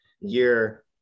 year